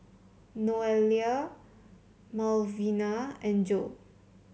Noelia Malvina and Jo